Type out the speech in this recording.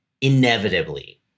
inevitably